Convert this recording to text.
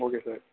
okay sir